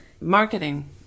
marketing